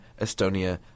Estonia